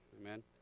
amen